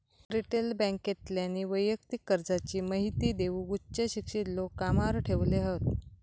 retail बॅन्केतल्यानी वैयक्तिक कर्जाची महिती देऊक उच्च शिक्षित लोक कामावर ठेवले हत